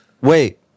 wait